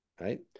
right